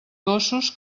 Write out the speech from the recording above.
gossos